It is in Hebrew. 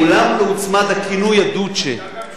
מעולם לא הוצמד הכינוי "הדוצ'ה".